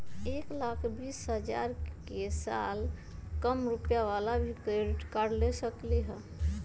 एक लाख बीस हजार के साल कम रुपयावाला भी क्रेडिट कार्ड ले सकली ह?